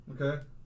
Okay